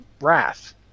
Wrath